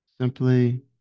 Simply